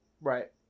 right